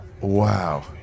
Wow